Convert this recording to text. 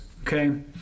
Okay